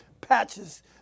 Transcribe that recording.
patches